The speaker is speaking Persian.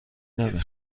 نمی